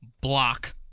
block